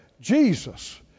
Jesus